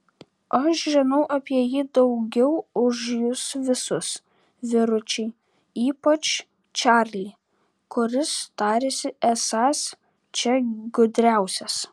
aš žinau apie jį daugiau už jus visus vyručiai ypač čarlį kuris tariasi esąs čia gudriausias